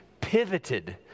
pivoted